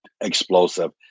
explosive